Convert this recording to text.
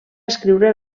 escriure